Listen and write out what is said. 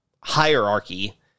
hierarchy